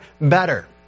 better